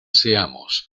seamos